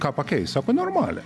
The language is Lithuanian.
ką pakeist sako normalią